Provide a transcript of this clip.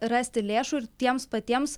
rasti lėšų ir tiems patiems